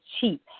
cheap